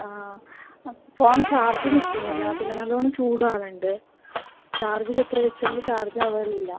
ആ phone charge നിൽക്കുന്നില്ല പിന്നെ നല്ലോണം ചൂടാവുന്നുണ്ട് ചാർജിൽ എത്ര വച്ചത് കൊണ്ട് ചാർജ് ആവാറില്ല